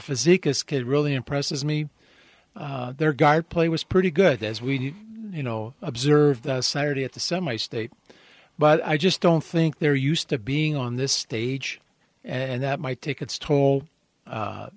physique this kid really impresses me their guard play was pretty good as we you know observed saturday at the semi state but i just don't think they're used to being on this stage and that might take its toll